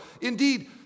indeed